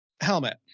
Helmet